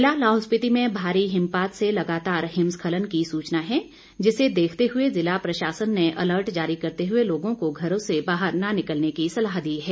जिला लाहौल स्पीति में भारी हिमपात से लगातार हिमस्खलन की सूचना है जिसे देखते हुए जिला प्रशासन ने अलर्ट जारी करते हुए लोगों को घरों से बाहर न निकलने की सलाह दी है